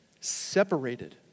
separated